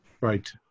Right